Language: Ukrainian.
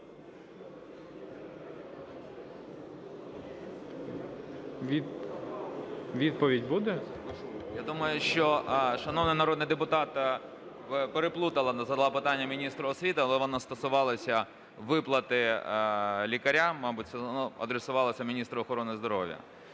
СТЕПАНОВ М.В. Я думаю, що шановний народний депутат переплутала. Задала питання міністру освіти, але воно стосувалося виплати лікарям. Мабуть, воно адресувалося міністру охорони здоров'я.